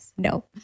No